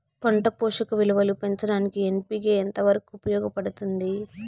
పంట పోషక విలువలు పెంచడానికి ఎన్.పి.కె ఎంత వరకు ఉపయోగపడుతుంది